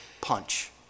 punch